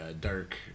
dark